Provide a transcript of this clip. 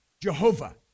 Jehovah